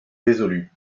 résolu